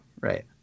Right